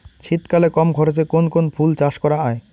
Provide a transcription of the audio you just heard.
শীতকালে কম খরচে কোন কোন ফুল চাষ করা য়ায়?